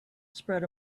spread